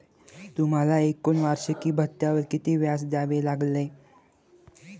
तुम्हाला एकूण वार्षिकी भत्त्यावर किती व्याज द्यावे लागले